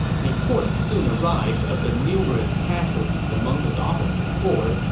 reports soon arrived of the numerous casualties among his officer corps,